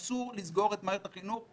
אסור לסגור את מערכת החינוך.